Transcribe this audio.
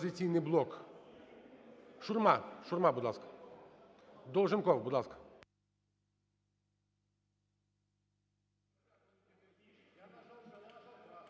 "Опозиційний блок", Шурма. Шурма, будь ласка. Долженков, будь ласка.